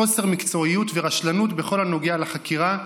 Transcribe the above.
חוסר מקצועיות ורשלנות בכל הנוגע לחקירה,